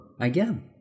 again